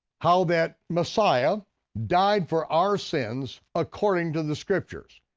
how that messiah died for our sins according to the scriptures.